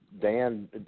Dan